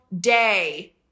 day